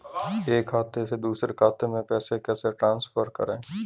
एक खाते से दूसरे खाते में पैसे कैसे ट्रांसफर करें?